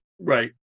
right